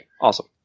awesome